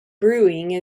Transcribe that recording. brewing